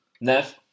Nev